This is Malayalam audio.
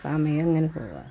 സമയം അങ്ങനെ പോവാ